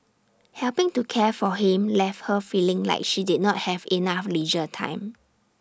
helping to care for him left her feeling like she did not have enough leisure time